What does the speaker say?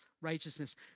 righteousness